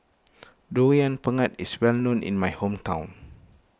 Durian Pengat is well known in my hometown